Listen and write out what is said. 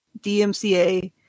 DMCA